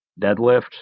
deadlift